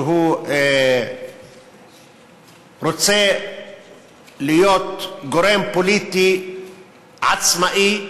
שהוא רוצה להיות גורם פוליטי עצמאי,